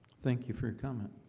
thank you for your comment